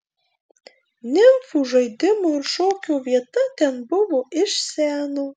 nimfų žaidimo ir šokio vieta ten buvo iš seno